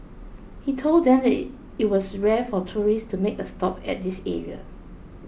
he told them that it was rare for tourists to make a stop at this area